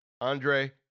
Andre